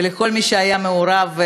ולכל מי שהיה מעורב,